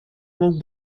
мог